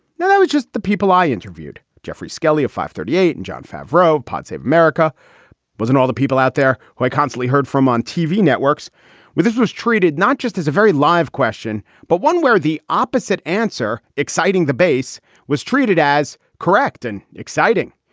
i was just the people i interviewed. geoffrey skelley of fivethirtyeight and john favro. parts of america was and all the people out there who i constantly heard from on tv networks where this was treated, not just as a very live question, but one where the opposite answer exciting. the base was treated as correct and exciting.